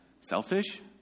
Selfish